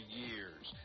years